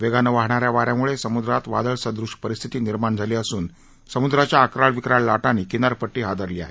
वेगानं वाहणाऱ्या वाऱ्यामुळे समुद्रात वादळसदृश परिस्थिती निर्माण झाली असून समुद्राच्या अक्राळ विक्राळ लाटांनी किनारपट्टी हादरली आहे